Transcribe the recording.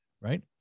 right